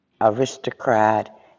aristocrat